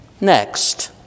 Next